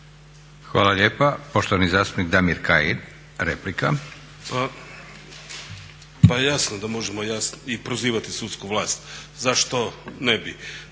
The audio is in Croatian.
Hvala lijepa. Poštovani zastupnik Damir Kajin, replika. **Kajin, Damir (ID - DI)** Pa jasno da možemo i prozivati sudsku vlast, zašto ne bi.